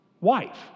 wife